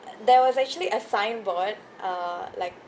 there was actually a signboard uh like